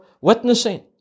witnessing